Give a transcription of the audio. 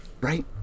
Right